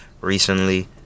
recently